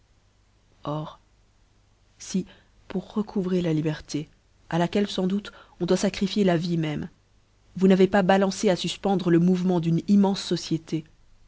or fi pour recouvrer la liberté à laquelle fans doute on doit facrifier la vie même vous n'avez pas balancé à fufpendre le mouvement d'une immenfe société